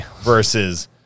versus